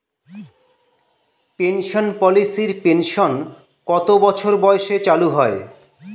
Pension পলিসির pension কত বছর বয়সে চালু হয়?